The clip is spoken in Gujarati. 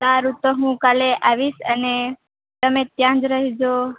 સારુ તો હુ કાલે આવીશ અને તમે ત્યાં જ રેહજો